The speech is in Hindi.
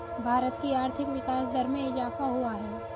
भारत की आर्थिक विकास दर में इजाफ़ा हुआ है